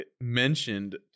mentioned